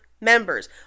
members